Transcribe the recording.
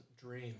dream